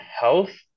health